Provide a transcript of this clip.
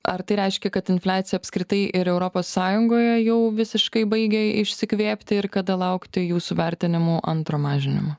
ar tai reiškia kad infliacija apskritai ir europos sąjungoje jau visiškai baigia išsikvėpti ir kada laukti jūsų vertinimu antro mažinimo